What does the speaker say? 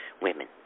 women